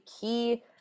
key